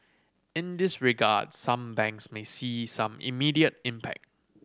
in this regard some banks may see some immediate impact